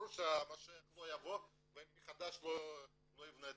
ברור שהמשיח לא יבוא ויבנה מחדש את העיתון.